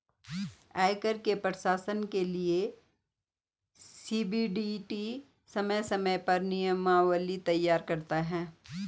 आयकर के प्रशासन के लिये सी.बी.डी.टी समय समय पर नियमावली तैयार करता है